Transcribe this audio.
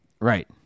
Right